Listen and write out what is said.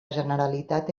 generalitat